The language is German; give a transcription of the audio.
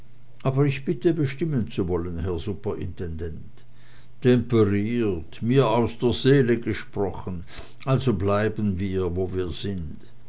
aber ich bitte bestimmen zu wollen herr superintendent temperiert mir aus der seele gesprochen also wir bleiben wo wir sind